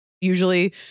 Usually